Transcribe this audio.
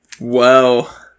Wow